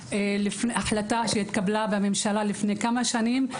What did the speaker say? הייתה החלטה שהתקבלה בממשלה לפני כמה שנים.